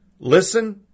Listen